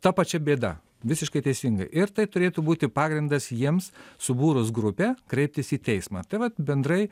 ta pačia bėda visiškai teisingai ir tai turėtų būti pagrindas jiems subūrus grupę kreiptis į teismą tai vat bendrai